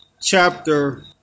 chapter